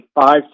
five